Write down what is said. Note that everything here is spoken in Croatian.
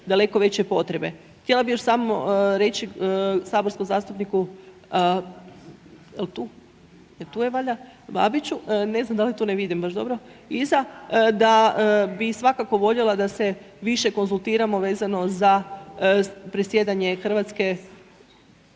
daleko veće potrebe. Htjela bih još samo reći saborskom zastupniku, je li tu? Tu je valjda, Babiću. Ne znam da li je tu, ne vidim baš dobro iza, da bi svakako voljela da se više konzultiramo vezano za predsjedanje Hrvatske